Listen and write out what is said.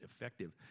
effective